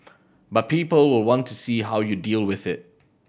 but people will want to see how you deal with it